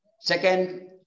Second